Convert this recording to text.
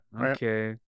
Okay